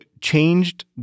changed